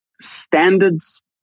standards